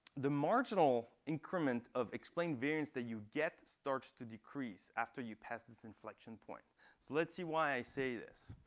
the marginal increment of explained variance that you get starts to decrease after you pass this inflection point. so let's see why i way this.